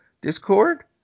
Discord